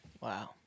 Wow